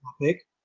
topic